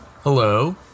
Hello